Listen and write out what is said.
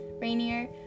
Rainier